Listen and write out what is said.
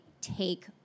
take